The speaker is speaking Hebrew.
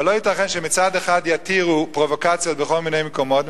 אבל לא ייתכן שמצד אחד יתירו פרובוקציות בכל מיני מקומות,